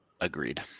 Agreed